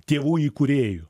tėvų įkūrėjų